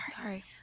sorry